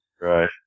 Right